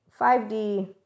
5d